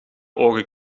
ogen